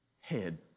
head